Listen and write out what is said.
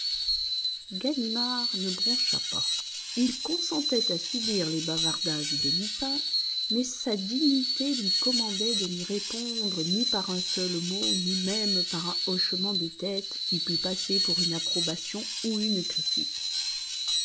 ganimard ne broncha pas il consentait à subir les bavardages de lupin mais sa dignité lui commandait de n'y répondre ni par un seul mot ni même par un hochement de tête qui pût passer pour une approbation ou une critique